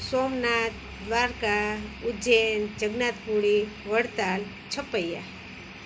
Somnath Dwarka Ujjain Jagannath Puri Vadtal Chhapaiya